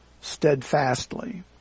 steadfastly